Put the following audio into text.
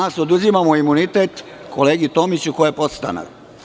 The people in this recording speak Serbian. Danas oduzimamo imunitet kolegi Tomiću, koji je podstanar.